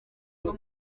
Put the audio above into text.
bwo